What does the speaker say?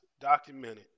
documented